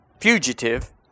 fugitive